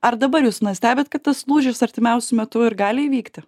ar dabar jūs na stebit kad tas lūžis artimiausiu metu ir gali įvykti